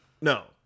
No